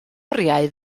oriau